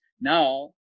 Now